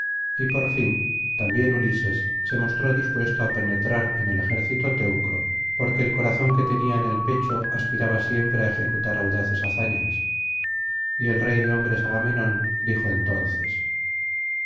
y por fin también ulises se mostró dispuesto á penetrar en el ejército teucro porque el corazón que tenía en el pecho aspiraba siempre á ejecutar audaces hazañas y el rey de hombres agamenón dijo entonces